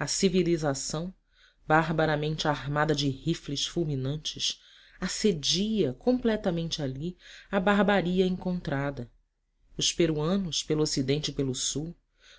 a civilização barbaramente armada de rifles fulminantes assedia completamente ali a barbaria encantoada os peruanos pelo ocidente e pelo sul